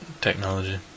technology